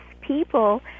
people